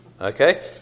Okay